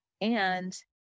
And-